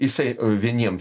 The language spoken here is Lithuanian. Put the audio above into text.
jisai vieniems